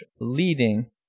leading